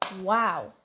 wow